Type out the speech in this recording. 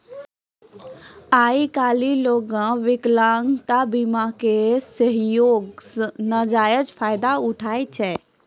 आइ काल्हि लोगें विकलांगता बीमा के सेहो नजायज फायदा उठाबै छै